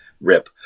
rip